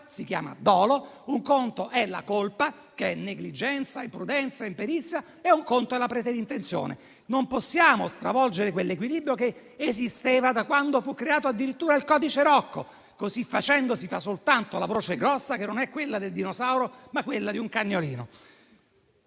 si chiama dolo - un conto è la colpa, che è negligenza, imprudenza, imperizia, e un altro conto è la preterintenzione. Non possiamo stravolgere quell'equilibrio che esiste da quando fu creato addirittura il codice Rocco. Così facendo, si fa soltanto la voce grossa, che non è quella del dinosauro, ma quella di un cagnolino.